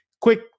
Quick